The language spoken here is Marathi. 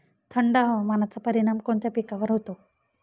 थंड हवामानाचा परिणाम कोणत्या पिकावर होतो?